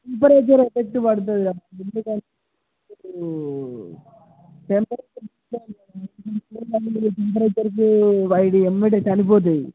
ఇప్పుడు జరా ఎఫెక్ట్ పడుతుంది రా ఎందుకంటే ఇప్పుడు టెంపరేచర్ ఎక్కువ అయ్యేటప్పటికి అవి ఎంబడే చనిపోతాయి